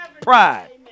Pride